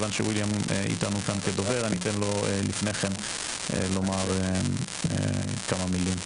מכיוון שוויליאם איתנו כאן כדובר אני אתן לו לפני כן לומר כמה מילים.